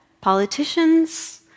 politicians